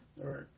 right